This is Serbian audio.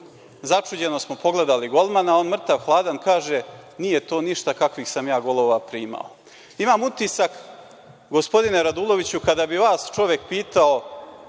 Začuđeno smo pogledali golmana, on mrtav hladan kaže – nije to ništa kakvih sam ja golova primao. Imam utisak, gospodine Raduloviću, kada bi vas čovek pitao